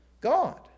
God